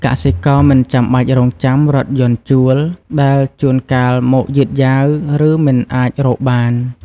កសិករមិនចាំបាច់រងចាំរថយន្តជួល ដែលជួនកាលមកយឺតយ៉ាវ ឬមិនអាចរកបាន។